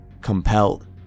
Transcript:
compelled